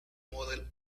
model